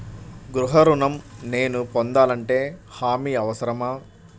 గృహ ఋణం నేను పొందాలంటే హామీ అవసరమా?